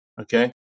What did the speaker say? Okay